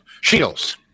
Shields